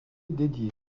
dédiés